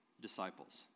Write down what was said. disciples